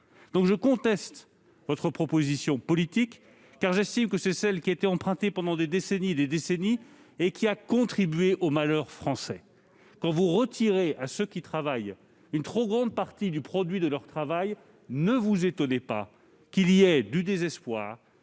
cas. Je conteste donc votre proposition politique, car j'estime que c'est la voie qui a été empruntée pendant des décennies et des décennies, et qui a contribué au malheur français. Quand vous retirez à ceux qui travaillent une trop grande partie du produit de ce travail, ne vous étonnez pas que le désespoir,